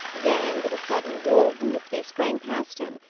then, with a sudden war-whoop, they sprang past him,